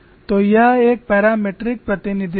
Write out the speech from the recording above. तो यह एक पैरामीट्रिक प्रतिनिधित्व है